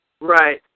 Right